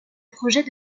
projet